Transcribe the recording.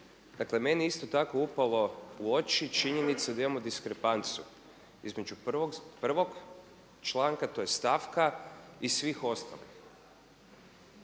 Dakle meni je isto tako upalo u oči činjenica da imamo diskrepanciju između 1. članka, tj. stavka i svih ostalih.